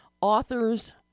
authors